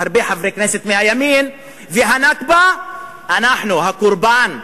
הרבה חברי כנסת מהימין, והנכבה, אנחנו הקורבן.